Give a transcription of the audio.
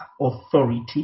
authority